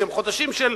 שהם חודשים של,